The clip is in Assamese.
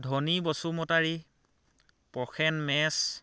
ধনী বসুমতাৰী প্ৰসেন মেচ